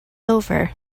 over